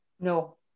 no